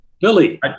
Billy